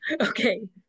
okay